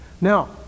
Now